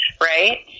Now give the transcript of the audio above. Right